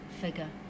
figure